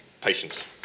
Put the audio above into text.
Patience